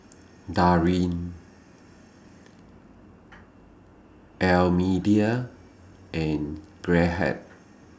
Darrin Almedia and Gerhard